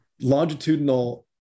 longitudinal